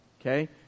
Okay